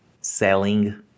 selling